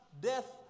death